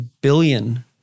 billion